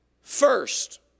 first